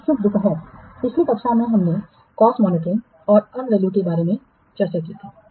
शुभ दोपहर पिछली कक्षा में हमने कॉस्ट मॉनिटरिंग और अर्न वैल्यू के बारे में चर्चाकी थी